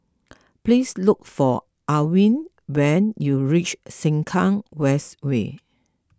please look for Alwin when you reach Sengkang West Way